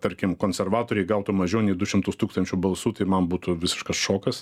tarkim konservatoriai gautų mažiau nei du šimtus tūkstančių balsų tai man būtų visiškas šokas